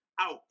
out